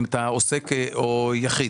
אם אתה עוסק או יחיד.